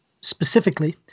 specifically